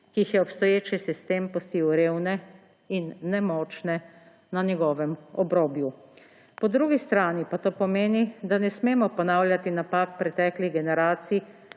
ki jih je obstoječi sistem pustil revne in nemočne na njegovem obrobju. Po drugi strani pa to pomeni, da ne smemo ponavljati napak preteklih generacij